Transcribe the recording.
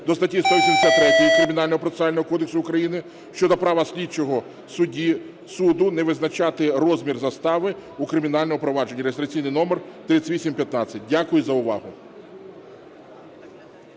до статті 183 Кримінального процесуального кодексу України щодо права слідчого судді, суду не визначати розмір застави у кримінальному провадженні (реєстраційний номер 3815). Дякую за увагу.